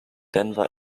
denver